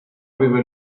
aveva